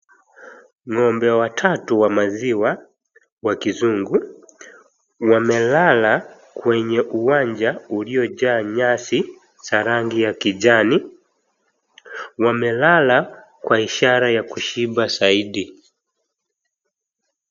Ng'ombe watatu wa maziwa wa kizungu, wamelala kwenye uwanja uliojaa nyasi za rangi ya kijani. Wamelala kwa ishara ya kushiba zaidi.